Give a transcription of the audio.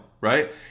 Right